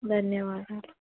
ధన్యవాదాలు